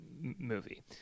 movie